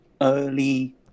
Early